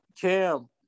Cam